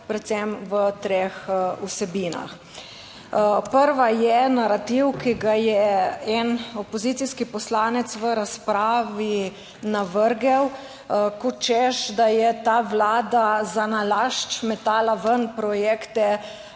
predvsem v treh vsebinah. Prva je narativ, ki ga je opozicijski poslanec v razpravi navrgel, kot češ da je ta Vlada nalašč metala ven projekte,